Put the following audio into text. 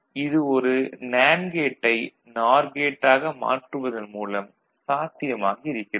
இது ஒரு நேண்டு கேட்டை நார் கேட்டாக மாற்றுவதன் மூலம் சாத்தியமாகியிருக்கிறது